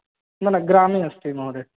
न न ग्रामे अस्ति महोदय